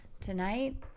tonight